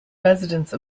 residence